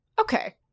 Okay